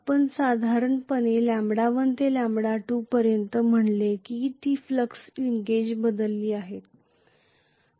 आपण साधारणपणे λ1 ते λ2 पर्यंत म्हटले आहे की फ्लक्स लिंकेज बदलले आहेत